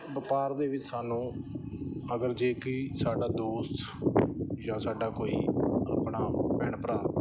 ਵਪਾਰ ਦੇ ਵਿੱਚ ਸਾਨੂੰ ਅਗਰ ਜੇ ਕੋਈ ਸਾਡਾ ਦੋਸਤ ਜਾਂ ਸਾਡਾ ਕੋਈ ਆਪਣਾ ਭੈਣ ਭਰਾ